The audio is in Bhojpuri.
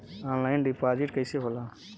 ऑनलाइन डिपाजिट कैसे होला?